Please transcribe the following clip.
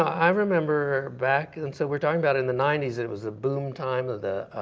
i remember back, and so we're talking about in the ninety s, it it was the boom time of the